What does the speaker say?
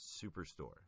Superstore